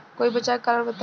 कोई बचाव के कारण बताई?